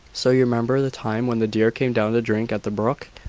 so you remember the time when the deer came down to drink at the brook!